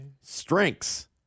Strengths